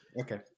okay